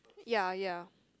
ya ya